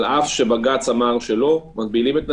על אף שבג"ץ אמר שלא, כן מגבילים את נתב"ג.